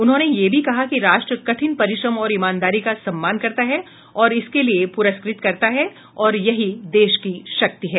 उन्होंने ये भी कहा कि राष्ट्र कठिन परिश्रम और ईमानदारी का सम्मान करता है और इसके लिए पुरस्कृत करता है और यही देश की शक्ति है